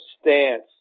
stance